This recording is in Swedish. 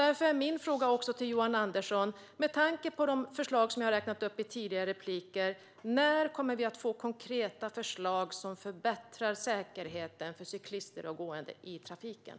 Därför är min fråga till Johan Andersson: Med tanke på de förslag som jag har räknat upp i tidigare repliker, när kommer vi att få konkreta förslag som förbättrar säkerheten för cyklister och gående i trafiken?